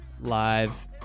live